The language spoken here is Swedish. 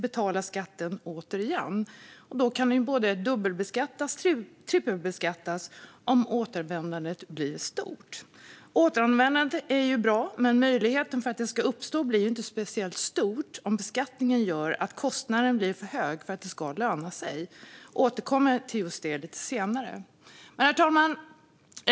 Elektroniken kan både dubbelbeskattas och trippelbeskattas om återanvändandet blir stort. Återanvändandet är bra, men möjligheten för att det ska uppstå blir ju inte speciellt stor om beskattningen gör att kostnaden blir för hög för att det ska löna sig. Jag återkommer till detta lite senare. Herr talman!